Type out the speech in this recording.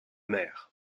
mer